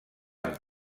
amb